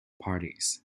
parties